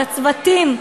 לצוותים,